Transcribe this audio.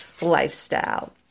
lifestyle